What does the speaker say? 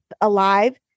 alive